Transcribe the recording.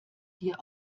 dir